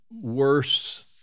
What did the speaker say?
worse